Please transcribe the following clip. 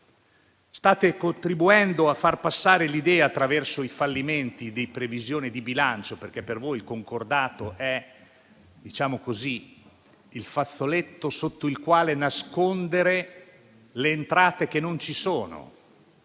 State contribuendo a far passare un'idea, attraverso i fallimenti delle previsioni di bilancio, perché per voi il concordato è il fazzoletto sotto il quale nascondere le entrate che non ci sono.